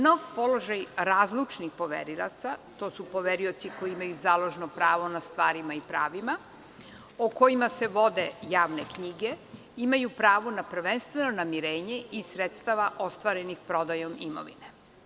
Nov položaj razlučnih poverilaca, to su poverioci koji imaju založno pravo na stvarima i pravima, o kojima se vode javne knjige, imaju pravo na prvenstveno namirenje iz sredstava ostvarenih prodajom imovine.